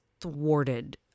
thwarted